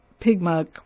Pigmuck